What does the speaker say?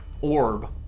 orb